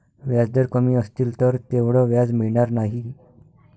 व्याजदर कमी असतील तर तेवढं व्याज मिळणार नाही